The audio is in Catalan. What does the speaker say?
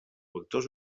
vectors